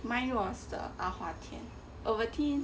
mine was the ovaltine